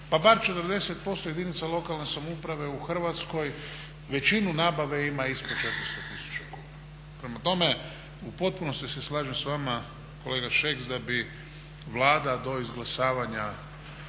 pa bar 40% jedinice lokalne samouprave u Hrvatskoj većinu nabave ima ispod 400 tisuća kuna. Prema tome, u potpunosti se slažem s vama kolega Šeks da bi Vlada do izglasavanja